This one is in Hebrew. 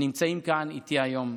הנמצאים כאן איתי היום.